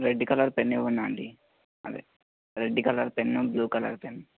red colour pen ఇవ్వండి ఆంటీ అదే red colour pen blue colour pen